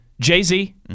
Jay-Z